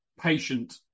patient